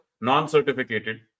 non-certificated